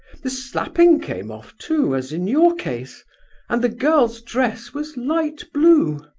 the slapping came off, too, as in your case and the girl's dress was light blue!